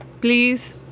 Please